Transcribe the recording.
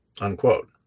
unquote